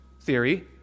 theory